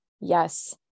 Yes